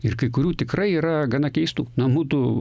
ir kai kurių tikrai yra gana keistų na mudu